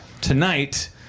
Tonight